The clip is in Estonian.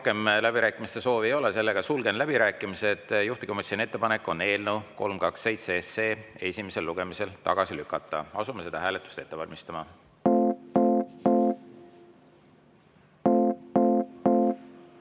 rohkem läbirääkimiste soovi ei ole. Sulgen läbirääkimised. Juhtivkomisjoni ettepanek on eelnõu 327 esimesel lugemisel tagasi lükata. Asume seda hääletust ette valmistama.